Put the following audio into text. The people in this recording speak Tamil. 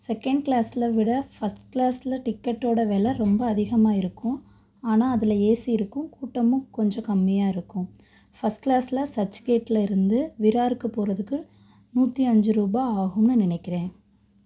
செகண்ட் க்ளாஸ்ல விட ஃபர்ஸ்ட் க்ளாஸ்ல டிக்கெட்டோட வில ரொம்ப அதிகமாக இருக்கும் ஆனால் அதில் ஏசி இருக்கும் கூட்டமும் கொஞ்சம் கம்மியாக இருக்கும் ஃபர்ஸ்ட் க்ளாஸ்ல சர்ச் கேட்ல இருந்து விராருக்கு போகிறதுக்கு நூற்றி அஞ்சு ரூபா ஆகும்னு நினைக்கிறேன்